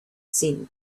seen